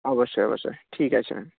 অবশ্যই অবশ্যই ঠিক আছে ম্যাম